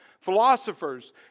Philosophers